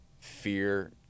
fear